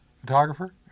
photographer